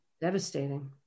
Devastating